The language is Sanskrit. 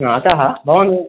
हा अतः भवान्